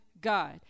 God